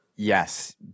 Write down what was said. Yes